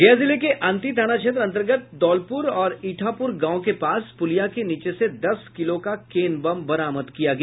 गया जिले के अंती थाना क्षेत्र अंतर्गत दौलप्र और इठाप्र गांव के पास प्रलिया के नीचे से दस किलो का केन बम बरामद किया गया